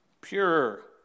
pure